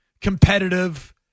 competitive